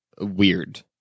weird